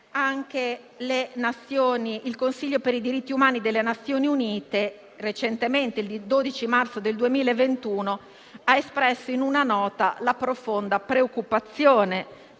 anche il Consiglio per i diritti umani delle Nazioni Unite, il 12 marzo 2021, ha espresso in una nota la profonda preoccupazione